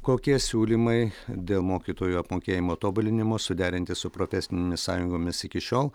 kokie siūlymai dėl mokytojų apmokėjimo tobulinimo suderinti su profesinėmis sąjungomis iki šiol